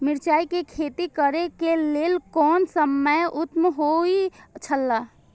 मिरचाई के खेती करे के लेल कोन समय उत्तम हुए छला?